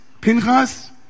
Pinchas